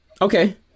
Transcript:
Okay